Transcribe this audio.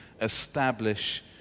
establish